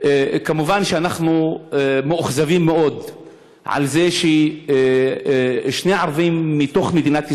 מובן שאנחנו מאוכזבים מאוד מזה ששני ערבים מתוך מדינת ישראל,